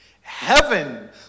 heaven